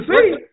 see